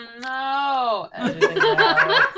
No